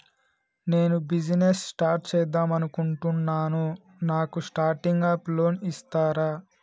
నేను business start చేద్దామనుకుంటున్నాను నాకు స్టార్టింగ్ అప్ లోన్ ఇస్తారా?